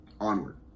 onward